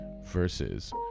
versus